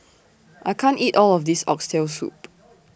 I can't eat All of This Oxtail Soup